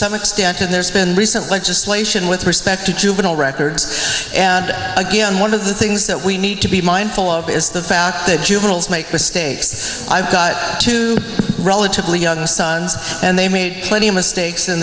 some extent and there's been recent legislation with respect to juvenile records and again one of the things that we need to be mindful of is the fact that juveniles make mistakes i've got two relatively young sons and they made plenty of mistakes in